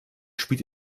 spielt